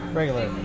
regular